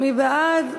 מי בעד?